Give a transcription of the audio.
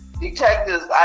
Detectives